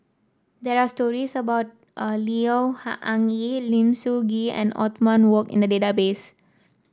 there are stories about a Neo Anngee Lim Sun Gee and Othman Wok in the database